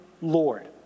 Lord